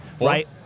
right